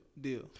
deal